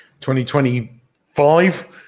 2025